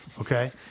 okay